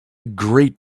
great